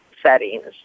settings